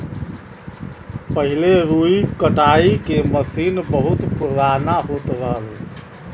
पहिले रुई कटाई के मसीन बहुत पुराना होत रहल